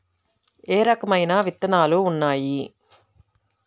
ఏ రకమైన విత్తనాలు ఉన్నాయి?